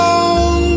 Long